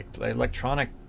electronic